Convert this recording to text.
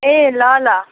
ए ल ल